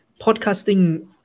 podcasting